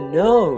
no